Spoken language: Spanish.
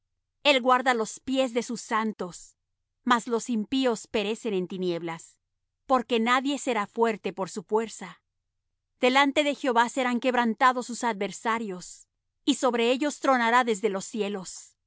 el guarda los pies de sus santos mas los impíos perecen en tinieblas porque nadie será fuerte por su fuerza delante de jehová serán quebrantados sus adversarios y sobre ellos tronará desde los cielos jehová juzgará los